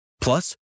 Plus